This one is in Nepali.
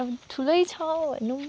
अब ठुलै छ भनौँ